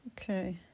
okay